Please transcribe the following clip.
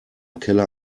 keller